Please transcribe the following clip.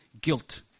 Guilt